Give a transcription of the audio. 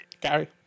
Gary